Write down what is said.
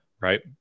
right